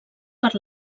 per